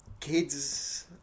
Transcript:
kids